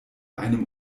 einem